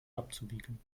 abzuwiegeln